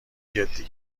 جدی